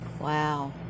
Wow